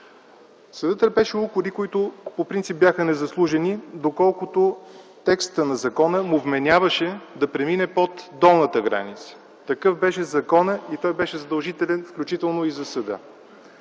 Съдът търпеше укори, които по принцип бяха незаслужени, доколкото текстът на закона му вменяваше да премине под долната граница. Такъв беше законът и той беше задължителен, включително за съда.